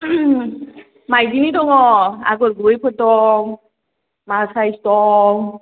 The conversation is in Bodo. मायदिनि दङ' आगर गुबैफोर दं मार साइस दं